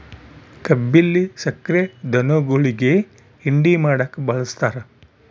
ಕಬ್ಬಿಲ್ಲಿ ಸಕ್ರೆ ಧನುಗುಳಿಗಿ ಹಿಂಡಿ ಮಾಡಕ ಬಳಸ್ತಾರ